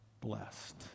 blessed